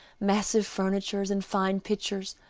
massive furniture, and fine pictures,